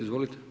Izvolite.